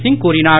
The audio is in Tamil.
சிங் கூறினார்